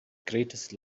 greatest